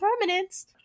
permanence